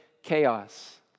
chaos